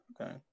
Okay